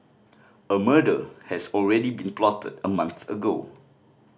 a murder has already been plotted a month ago